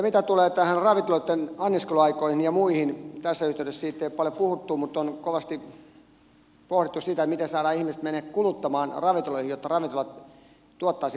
mitä tulee näihin ravintoloitten anniskeluaikoihin ja muihin niin tässä yhteydessä niistä ei ole paljon puhuttu mutta on kovasti pohdittu sitä miten saadaan ihmiset menemään kuluttamaan ravintoloihin jotta ravintolat tuottaisivat paremmin